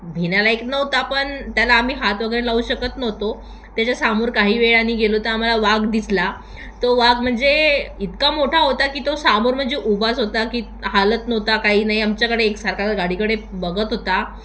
भिण्यालायक नव्हता पण त्याला आम्ही हात वगैरे लावू शकत नव्हतो त्याच्या समोर काही वेळाने गेलो तर आम्हाला वाघ दिसला तो वाघ म्हणजे इतका मोठा होता की तो समोर म्हणजे उभाच होता की हलत नव्हता काही नाही आमच्याकडे एक सारखा गाडीकडे बघत होता